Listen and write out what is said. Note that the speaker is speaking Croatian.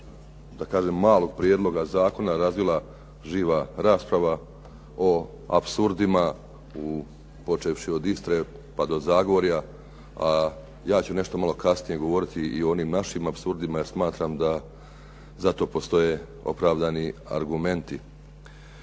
da kažem malog prijedloga zakona razvila živa rasprava o apsurdima počevši od Istre pa do Zagorja, a ja ću nešto malo kasnije govoriti i o onim našim apsurdima jer smatram da za to postoje opravdani argumenti.